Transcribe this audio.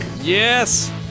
Yes